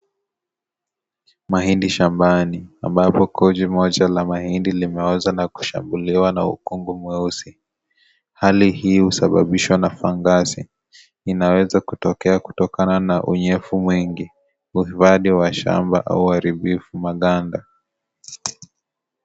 Mahindi shambani ambapo koji koja la mahindi limeoza na kushambuliwa na ukungu mweusi. Hali hii husababishwa na fangasi. Inaweza kutokea kutokana na unyevu mwingi, uhifadhi wa shamba au uharibifu maganda.